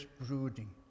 brooding